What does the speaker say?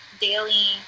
daily